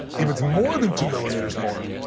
if it's more than two millimeters more,